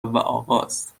آقاست